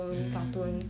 mmhmm